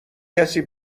کسی